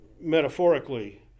metaphorically